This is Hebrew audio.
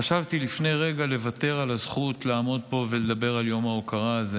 חשבתי לפני רגע לוותר על הזכות לעמוד פה ולדבר על יום ההוקרה הזה,